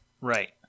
Right